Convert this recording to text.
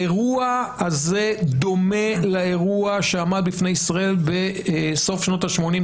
האירוע הזה דומה לאירוע שעמד בפני ישראל בסוף שנות ה-80,